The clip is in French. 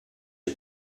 est